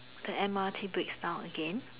the M_R_T breaks down again